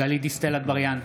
גלית דיסטל אטבריאן,